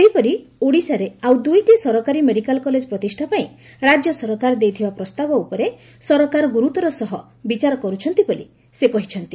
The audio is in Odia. ସେହିପରି ଓଡ଼ିଶାରେ ଆଉ ଦୁଇଟି ସରକାରୀ ମେଡିକାଲ୍ କଲେଜ୍ ପ୍ରତିଷ୍ଠା ପାଇଁ ରାଜ୍ୟ ସରକାର ଦେଇଥିବା ପ୍ରସ୍ତାବ ଉପରେ ସରକାର ଗୁରୁତ୍ୱର ସହ ବିଚାର କରୁଛନ୍ତି ବୋଲି ସେ କହିଛନ୍ତି